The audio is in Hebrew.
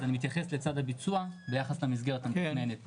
אז אני מתייחס לצד הביצוע ביחס למסגרת המתוכננת.